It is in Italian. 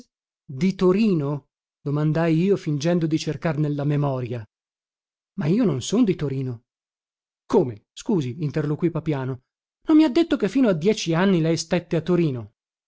torino domandai io fingendo di cercar nella memoria ma io non son di torino come scusi interloquì papiano non mi ha detto che fino a dieci anni lei stette a torino